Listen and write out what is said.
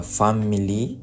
family